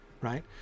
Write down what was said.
right